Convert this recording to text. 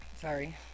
Sorry